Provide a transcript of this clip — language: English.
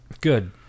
Good